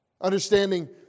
Understanding